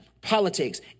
politics